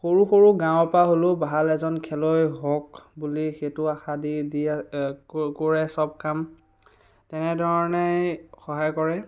সৰু সৰু গাঁওৰ পৰা হ'লেও ভাল এজন খেলুৱৈ হওক বুলি সেইটো আশা দি দি কৰে চব কাম তেনেধৰণেই সহায় কৰে